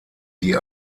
die